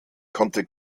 konnte